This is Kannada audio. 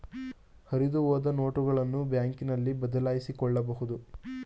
ಹರಿದುಹೋದ ನೋಟುಗಳನ್ನು ಬ್ಯಾಂಕ್ನಲ್ಲಿ ಬದಲಾಯಿಸಿಕೊಳ್ಳಬಹುದು